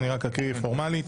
אני רק אקריא פורמלית: